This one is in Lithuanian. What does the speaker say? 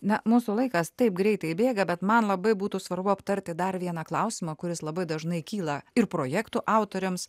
na mūsų laikas taip greitai bėga bet man labai būtų svarbu aptarti dar vieną klausimą kuris labai dažnai kyla ir projektų autoriams